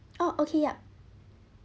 oh okay yup